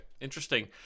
interesting